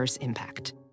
impact